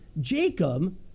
Jacob